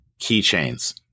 keychains